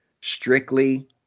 strictly